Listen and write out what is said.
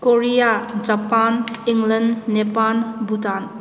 Korea Japan England Nepal Bhutan